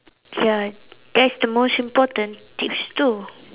ya that's the most important tips two